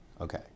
Okay